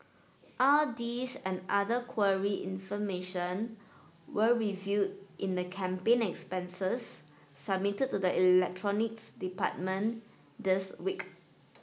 all these and other information were revealed in the campaign expenses submitted to the Electronics Department this week